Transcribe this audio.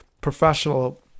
professional